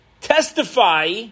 testify